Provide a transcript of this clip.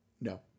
No